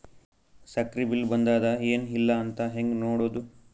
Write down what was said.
ಸಕ್ರಿ ಬಿಲ್ ಬಂದಾದ ಏನ್ ಇಲ್ಲ ಅಂತ ಹೆಂಗ್ ನೋಡುದು?